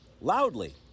Loudly